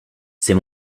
c’est